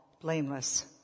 blameless